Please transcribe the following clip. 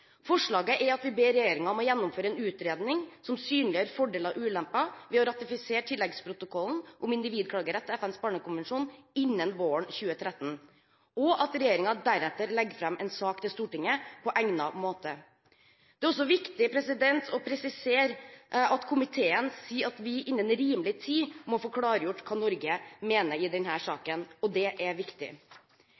Forslaget er at vi ber regjeringen om å gjennomføre en utredning som synliggjør fordeler og ulemper ved å ratifisere tilleggsprotokollen om individklagerett til FNs barnekonvensjon innen våren 2013, og at regjeringen deretter legger fram en sak for Stortinget på egnet måte. Det er også viktig å presisere at komiteen sier at vi innen rimelig tid må få klargjort hva Norge mener i